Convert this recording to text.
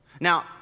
Now